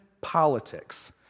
politics